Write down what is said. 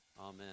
amen